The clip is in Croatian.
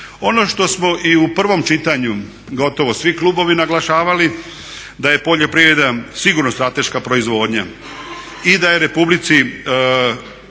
Ono što smo i u prvom čitanju gotovo svi klubovi naglašavali, da je poljoprivreda sigurno strateška proizvodnja i da je Republici